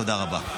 תודה רבה.